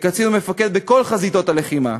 כקצין ומפקד בכל חזיתות הלחימה,